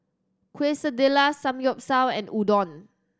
Quesadillas Samgeyopsal and Udon